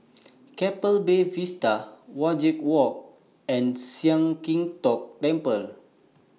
Keppel Bay Vista Wajek Walk and Sian Keng Tong Temple